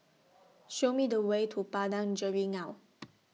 Show Me The Way to Padang Jeringau